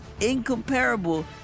incomparable